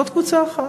זו קבוצה אחת.